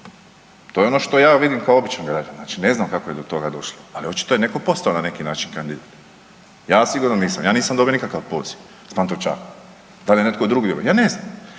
To je ono što ja vidim kao običan građanin. Znači, ne znam kako je do toga došlo, ali očito je netko postao na neki način kandidat. Ja sigurno nisam. Ja nisam dobio nikakav poziv s Pantovčaka. Da li je netko drugi, ja ne znam.